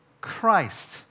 Christ